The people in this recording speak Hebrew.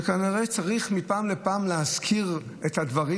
כנראה שמפעם לפעם צריך להזכיר את הדברים